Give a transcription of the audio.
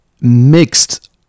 mixed